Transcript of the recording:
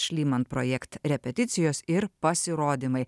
šlyman projekt repeticijos ir pasirodymai